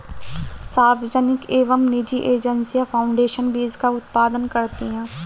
सार्वजनिक एवं निजी एजेंसियां फाउंडेशन बीज का उत्पादन करती है